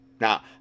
Now